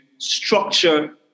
structure